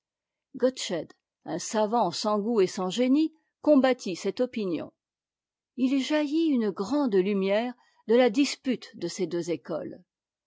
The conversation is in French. gottsched un savant sans goût et sans génie combattit cette opinion h jaillit une grande lumière de la dispute de ces deux écoles